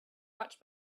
much